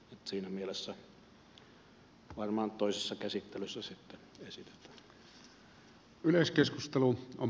siinä mielessä varmaan toisessa käsittelyssä sitten tämä esitetään